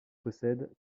possède